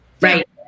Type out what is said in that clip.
Right